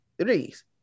threes